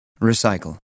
Recycle